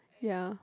ya